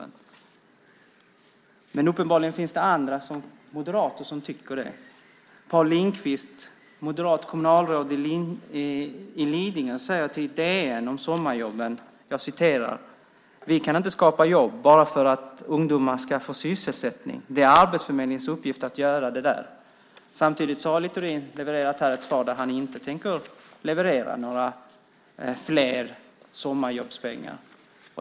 Men det finns uppenbarligen andra moderater som tycker det. Paul Lindquist, moderat kommunalråd i Lidingö, säger till DN om sommarjobben: Vi kan inte skapa jobb bara för att ungdomar ska få sysselsättning. Det är Arbetsförmedlingens uppgift att göra det. Samtidigt har Littorin här levererat ett svar där han säger att han inte tänker leverera några fler sommarjobbspengar.